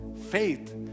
Faith